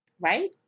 right